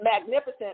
magnificent